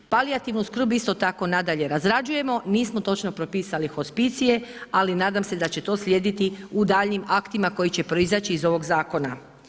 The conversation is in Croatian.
Palijativnu skrb isto tako nadalje razrađujemo, nismo točno propisali hospicije, ali nadam se da će to slijediti u daljnjim aktima koji će proizaći iz ovog zakona.